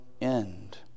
end